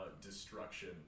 destruction